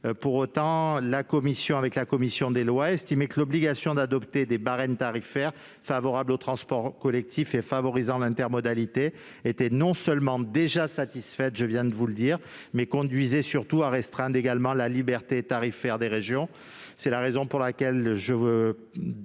commission, en accord avec la commission des lois, a estimé que l'obligation d'adopter des barèmes tarifaires favorables aux transports collectifs et favorisant l'intermodalité était non seulement déjà satisfaite- je viens de le dire -, mais qu'elle conduirait surtout à restreindre la liberté tarifaire des régions. C'est la raison pour laquelle la